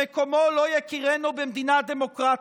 שמקומו לא יכירנו במדינה דמוקרטית.